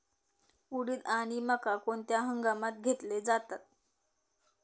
उडीद आणि मका कोणत्या हंगामात घेतले जातात?